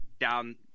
down